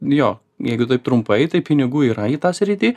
jo jeigu taip trumpai tai pinigų yra į tą sritį